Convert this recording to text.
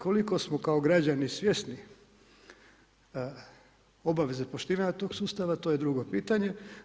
Koliko smo kao građani svjesni obaveze poštivanja toga sustava, to je drugo pitanje.